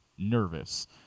nervous